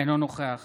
אינו נוכח